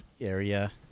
area